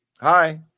Hi